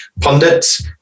pundits